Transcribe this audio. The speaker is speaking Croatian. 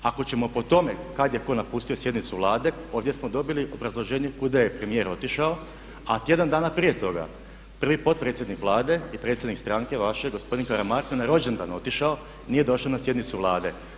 Ako ćemo po tome kad je tko napustio sjednicu Vlade, ovdje smo dobili obrazloženje kuda je premijer otišao a tjedan dana prije toga, prvi potpredsjednik Vlade i predsjednik stranke vaše gospodin Karamarko na rođendan otišao, nije došao na sjednicu Vlade.